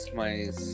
mas